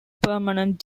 permanent